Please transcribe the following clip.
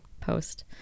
post